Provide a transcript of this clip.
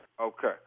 Okay